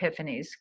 epiphanies